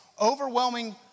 overwhelming